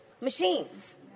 machines